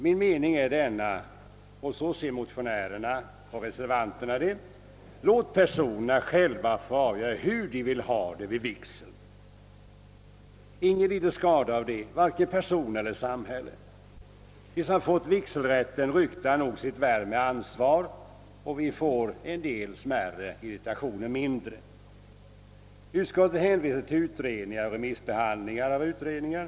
Min mening — och även motionärernas och reservanternas — är denna: Låt vederbörande själva få avgöra hur de vill ha det vid vigseln! Ingen lider skada av det, varken person eller samhälle. De som fått vigselrätten ryktar nog sitt värv med ansvar, och vi får en del smärre irritationer mindre. Utskottet hänvisar till utredningar och remissbehandlingar av utredningar.